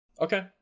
Okay